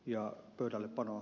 ja pöydällepanoa